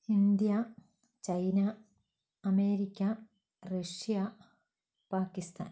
India China America Russia Pakistan